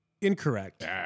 Incorrect